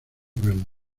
vemos